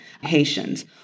Haitians